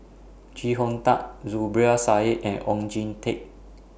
Chee Hong Tat Zubir Said and Oon Jin Teik